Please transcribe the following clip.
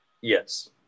Yes